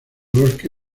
bosque